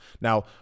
Now